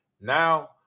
Now